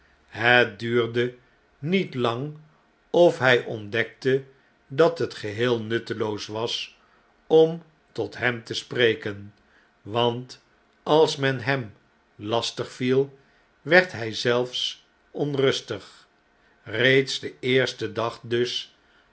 het duurde niet lang of hy ontdekte dat het geheel nutteloos was om tot hem te spreken want als men hem lastig viel werd hij zelfs onrustig reeds den eersten dag dus